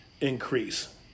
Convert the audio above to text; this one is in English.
increase